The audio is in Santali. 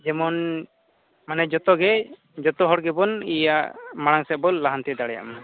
ᱡᱮᱢᱚᱱ ᱢᱟᱱᱮ ᱡᱚᱛᱮᱜᱮ ᱡᱚᱛᱚ ᱦᱚᱲᱜᱮᱵᱚᱱ ᱤᱭᱟᱹ ᱢᱟᱲᱟᱝ ᱥᱮᱫᱵᱚᱱ ᱞᱟᱦᱟᱱᱛᱤ ᱫᱟᱲᱮᱭᱟᱜ ᱢᱟ